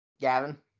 Gavin